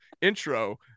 intro